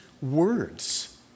words